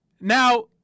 Now